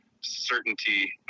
certainty